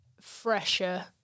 fresher